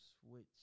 switch